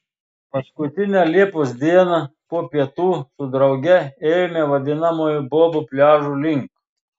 paskutinę liepos dieną po pietų su drauge ėjome vadinamojo bobų pliažo link